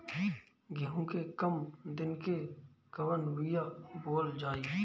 गेहूं के कम दिन के कवन बीआ बोअल जाई?